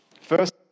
First